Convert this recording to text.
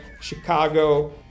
Chicago